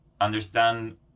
understand